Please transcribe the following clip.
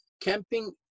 camping